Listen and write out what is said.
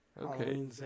okay